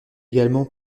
également